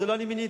לא אני מיניתי.